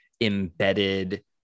embedded